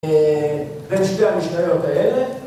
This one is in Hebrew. אה... בין שתי המשניות האלה